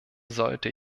sollte